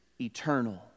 eternal